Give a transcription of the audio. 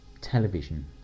television